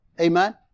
Amen